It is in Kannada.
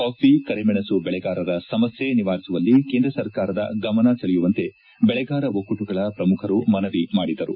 ಕಾಫಿ ಕರಿಮೆಣಸು ಬೆಳೆಗಾರರ ಸಮಸ್ಕೆ ನಿವಾರಿಸುವಲ್ಲಿ ಕೇಂದ್ರ ಸರ್ಕಾರದ ಗಮನ ಸೆಳೆಯುವಂತೆ ಬೆಳೆಗಾರ ಒಕ್ಕೂಟಗಳ ಪ್ರಮುಖರು ಮನವಿ ಮಾಡಿದರು